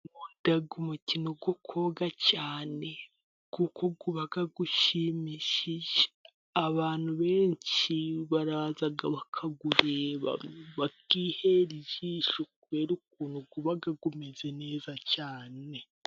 Nkunda umukino wo koga cyane kuko uba ushimishije, abantu benshi baraza bakawureba bakihera ijisho, kubera ukuntu uba umeze neza cyane.